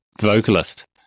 vocalist